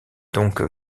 donc